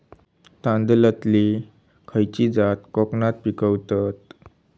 तांदलतली खयची जात कोकणात पिकवतत?